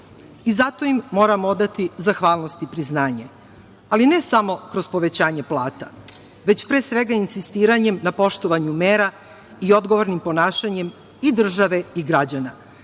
Zato im moramo odati zahvalnost i priznanje, ali ne samo kroz povećanje plata, već pre svega insistiranjem na poštovanju mera i odgovornim ponašanjem i države i građana,